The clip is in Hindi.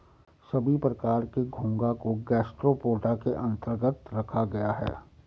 सभी प्रकार के घोंघा को गैस्ट्रोपोडा के अन्तर्गत रखा गया है